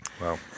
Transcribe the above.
Wow